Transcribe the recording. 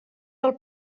del